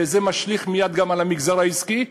וזה משליך מייד גם על המגזר העסקי: